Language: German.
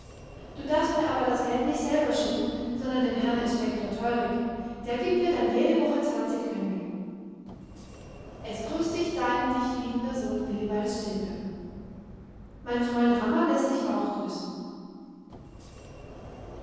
du darfst mir aber das geld nicht selber schicken sondern dem herrn inspektor teurig der giebt mir dann jede woche zwanzig fenge es grüßt dich dein dich liebender sohn willibald stilpe mein freund rammer läßt dich auch grüßen